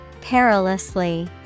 Perilously